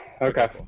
Okay